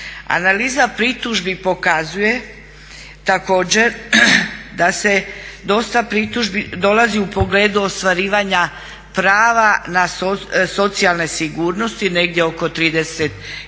Analiza pritužbi pokazuje također da dosta pritužbi dolazi u pogledu ostvarivanja prava na socijalne sigurnosti negdje oko 39%,